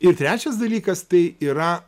ir trečias dalykas tai yra